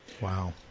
Wow